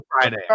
Friday